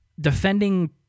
defending